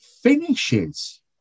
finishes